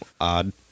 odd